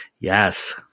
Yes